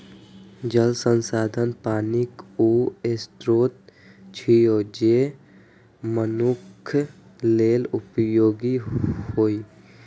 जल संसाधन पानिक ऊ स्रोत छियै, जे मनुक्ख लेल उपयोगी होइ